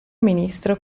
ministro